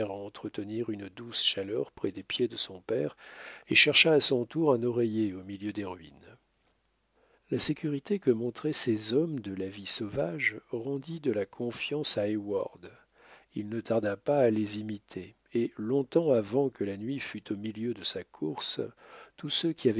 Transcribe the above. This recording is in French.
à entretenir une douce chaleur près des pieds de son père et chercha à son tour un oreiller au milieu des ruines la sécurité que montraient ces hommes de la vie sauvage rendit de la confiance à heyward il ne tarda pas à les imiter et longtemps avant que la nuit fût au milieu de sa course tous ceux qui